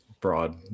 broad